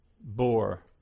bore